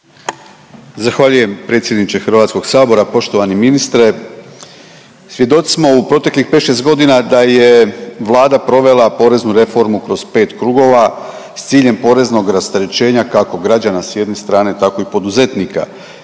Zahvaljujem predsjedniče Hrvatskog sabora. Poštovani ministre, svjedoci smo u proteklih 5-6 godina da je Vlada provela poreznu reformu kroz 5 krugova s ciljem poreznog rasterećenja kako građana s jedne strane tako i poduzetnika.